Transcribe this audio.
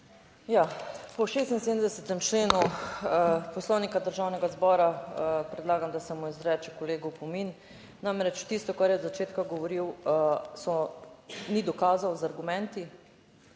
po 76. členu Poslovnika Državnega zbora predlagam, da se mu izreče, kolegu, opomin. Namreč, tisto, kar je od začetka govoril, ni dokazal z argumenti,